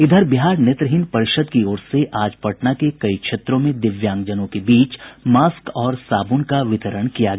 इधर बिहार नेत्रहीन परिषद् की ओर से आज पटना के कई क्षेत्रों में दिव्यांगजनों के बीच मास्क और साब्रन का वितरण किया गया